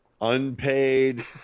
Unpaid